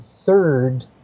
third